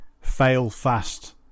fail-fast